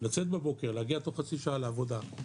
לצאת בבוקר להגיע תוך חצי שעה לעבודה,